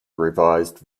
revised